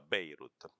Beirut